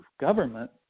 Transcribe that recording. government